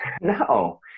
no